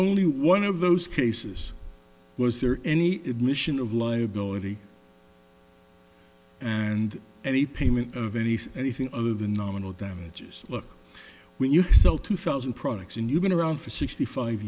only one of those cases was there any admission of liability and any payment of any anything other than nominal damages look when you sell two thousand products and you've been around for sixty five